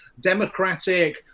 democratic